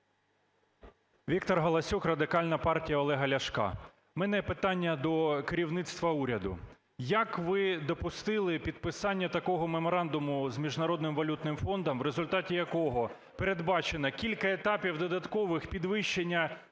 Віктор Галасюк, Радикальна партія Олега Ляшка. В мене питання до керівництва уряду. Як ви допустили підписання такого меморандуму з Міжнародним валютним фондом, в результаті якого передбачено кілька етапів додаткових підвищення